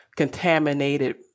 Contaminated